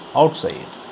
outside